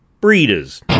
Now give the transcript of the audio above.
Breeders